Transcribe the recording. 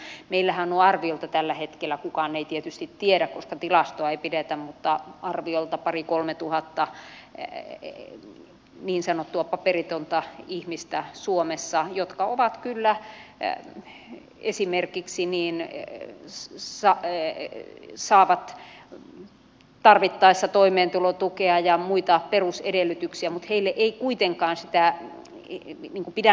meillähän on arviolta tällä hetkellä kukaan ei tietysti tiedä koska tilastoa ei pidetä mutta arviolta parikolmetuhatta niin sanottua paperitonta ihmistä suomessa jotka kyllä esimerkiksi saavat tarvittaessa toimeentulotukea ja muita perusedellytyksiä heille ei kuitenkaan sitä ei pidä